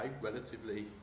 relatively